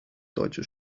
deutsche